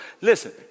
listen